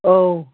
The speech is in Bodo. औ